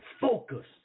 Focus